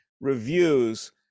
reviews